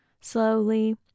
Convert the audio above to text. Slowly